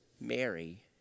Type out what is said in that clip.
Mary